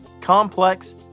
complex